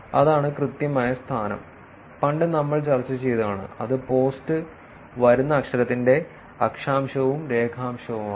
അതാണ് കൃത്യമായ സ്ഥാനം പണ്ട് നമ്മൾ ചർച്ച ചെയ്തതാണ് അത് പോസ്റ്റ് വരുന്ന അക്ഷരത്തിന്റെ അക്ഷാംശവും രേഖാംശവുമാണ്